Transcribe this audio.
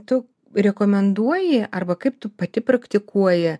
tu rekomenduoji arba kaip tu pati praktikuoji